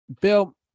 Bill